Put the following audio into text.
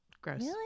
Gross